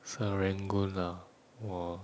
serangoon ah !wah!